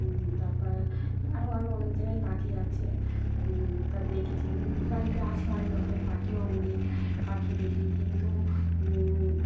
তারপর আরও আরও অনেক জায়গায় পাখি আছে তা দেখেছি বাড়িতে আসে অনেক রকমের পাখিও উড়ে পাখি দেখি কিন্তু